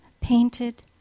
painted